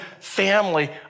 family